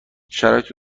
شرایط